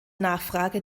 nachfrage